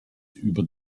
über